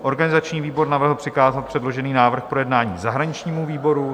Organizační výbor navrhl přikázat předložený návrh k projednání zahraničnímu výboru.